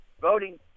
voting